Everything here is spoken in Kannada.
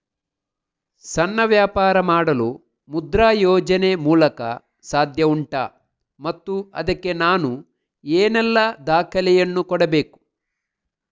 ಸಣ್ಣ ವ್ಯಾಪಾರ ಮಾಡಲು ಮುದ್ರಾ ಯೋಜನೆ ಮೂಲಕ ಸಾಧ್ಯ ಉಂಟಾ ಮತ್ತು ಅದಕ್ಕೆ ನಾನು ಏನೆಲ್ಲ ದಾಖಲೆ ಯನ್ನು ಕೊಡಬೇಕು?